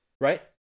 Right